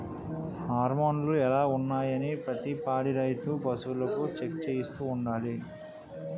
హార్మోన్లు ఎలా ఉన్నాయి అనీ ప్రతి పాడి రైతు పశువులకు చెక్ చేయిస్తూ ఉండాలి